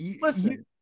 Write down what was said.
Listen